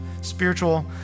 spiritual